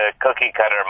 cookie-cutter